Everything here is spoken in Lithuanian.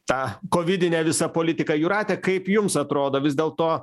tą kovidinę visą politiką jūrate kaip jums atrodo vis dėlto